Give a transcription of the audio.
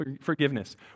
forgiveness